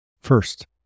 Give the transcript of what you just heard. First